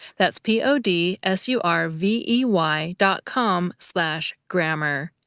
that's p o d s u r v e y dot com slash grammar.